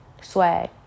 swag